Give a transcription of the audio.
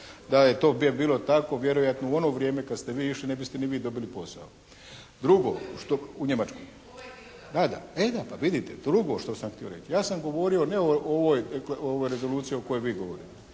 Da je to bilo tako vjerojatno u ono vrijeme kad ste vi išli ne biste ni vi dobili posao. Drugo, … /Upadica se ne čuje./ … U Njemačkoj, e da, pa vidite. Drugo što sam htio reći. Ja sam govorio ne o ovoj rezoluciji o kojoj vi govorite.